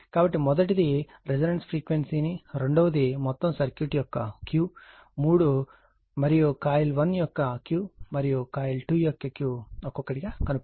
కాబట్టి మొదటిది రెసోనెన్స్ ఫ్రీక్వెన్సీని రెండవది మొత్తం సర్క్యూట్ యొక్క Q 3 మరియు కాయిల్ 1 యొక్క Q మరియు కాయిల్ 2 యొక్క Q ఒక్కొక్కటిగా కనుగొనండి